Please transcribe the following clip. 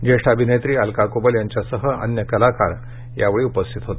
जेष्ठ अभिनेत्री अलका कुबल यांच्यासह अन्य कलाकार यावेळी उपस्थित होते